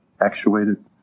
actuated